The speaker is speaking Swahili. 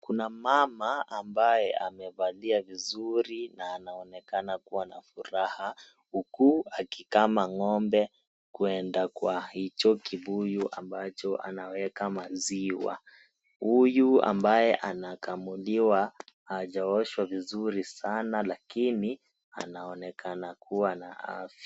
Kuna mama ambaye amevalia vizuri na anaonekana kuwa na furaha huku akikama ngombe kwenda kwa hicho kibuyu ambacho anaweka maziwa. Huyu ambayo anakamliwa hajaoshwa vizuri sana lakini anaonekana kuwa na afya.